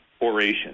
oration